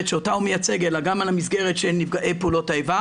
שאותה הוא מייצג אלא גם על המסגרת של נפגעי פעולות האיבה,